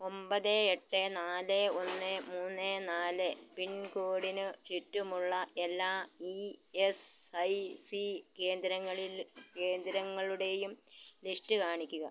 ഒമ്പത് എട്ട് നാല് ഒന്ന് മൂന്ന് നാല് പിൻകോഡിന് ചുറ്റുമുള്ള എല്ലാ ഇ എസ് ഐ സി കേന്ദ്രങ്ങളിൽ കേന്ദ്രങ്ങളുടെയും ലിസ്റ്റ് കാണിക്കുക